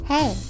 Hey